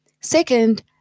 Second